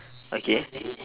okay